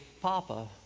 Papa